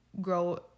grow